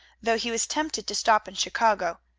though he was tempted to stop in chicago,